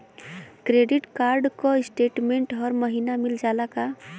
Credit card क statement हर महिना मिल जाला का?